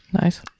Nice